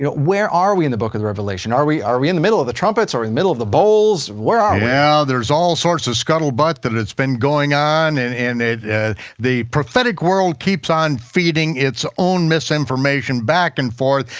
you know where are we in the book of the revelation? are we are we in the middle of the trumpets? or in the middle of the bowls? where are we? yeah, there's all sorts of scuttlebutt that it's been going on, and the prophetic world keeps on feeding its own misinformation back and forth,